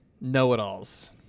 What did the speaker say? Know-it-alls